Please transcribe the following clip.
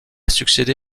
succédé